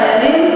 חיילים?